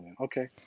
Okay